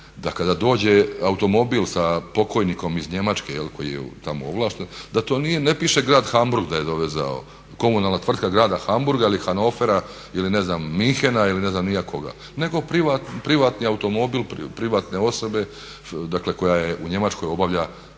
da kada dođe automobil sa pokojnikom iz Njemačke koji je tamo ovlašten da ne piše grad Hamburg da je dovezao, komunalna tvrtka grada Hamburga ili Hannovera ili Münchena ili ne znam ni ja koga nego privatni automobil privatne osobe koja u Njemačkoj obavlja